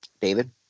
David